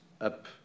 up